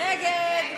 נגד.